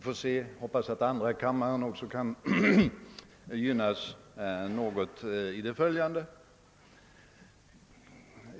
Jag hoppas att andra kammaren också kan gynnas något i det följande.